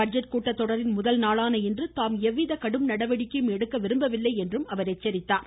budget கூட்டத்தொடரின் முதல் நாளான இன்று தாம் எவ்வித கடும் நடவடிக்கைகயையும் எடுக்க விரும்பவில்லை என அவர் எச்சரித்தார்